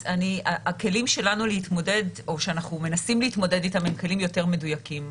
הכלים שאנחנו מנסים להתמודד אתם הם כלים יותר מדויקים.